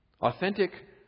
Authentic